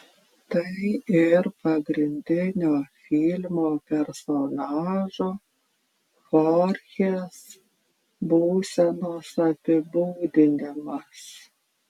tai ir pagrindinio filmo personažo chorchės būsenos apibūdinimas